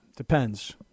Depends